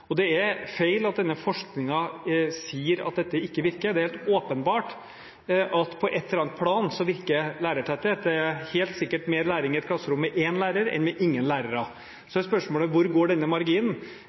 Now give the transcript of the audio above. og det er feil at denne forskningen sier at dette ikke virker. Det er helt åpenbart at på et eller annet plan innvirker lærertetthet, det er helt sikkert mer læring i et klasserom med én lærer enn med ingen lærere. Så er spørsmålet: Hvor går denne marginen?